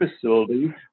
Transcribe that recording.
facility